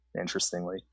interestingly